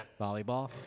volleyball